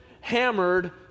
hammered